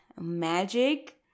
magic